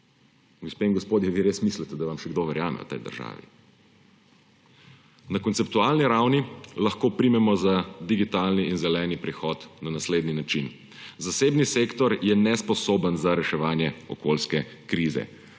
gospodje, vi res mislite, da vam še kdo verjame v tej državi? Na konceptualni ravni lahko primemo za digitalni in zeleni prehod na naslednji način. Zasebni sektor je nesposoben za reševanje okoljske krize,